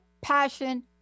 passion